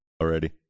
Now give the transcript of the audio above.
already